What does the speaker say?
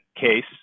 case